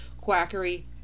quackery